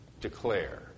declare